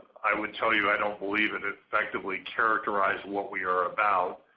i would tell you i don't believe that it effectively characterize what we are about.